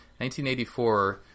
1984